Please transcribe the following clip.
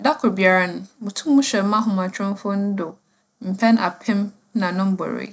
Da kor biara no, mutum mohwɛ m'ahomatromfo no do mpɛn apem na no mboree.